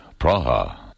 Praha